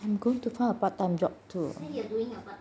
I'm going to find a part time job too